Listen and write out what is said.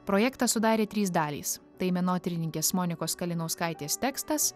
projektą sudarė trys dalys tai menotyrininkės monikos kalinauskaitės tekstas